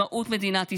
לעצמאות מדינת ישראל,